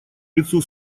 лицу